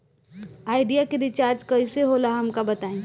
Idea के recharge कईसे होला हमका बताई?